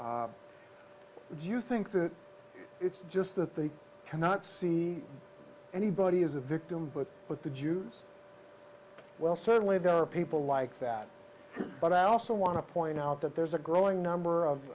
do you think that it's just that they cannot see anybody as a victim but with the jews well certainly there are people like that but i also want to point out that there's a growing number of